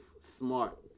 smart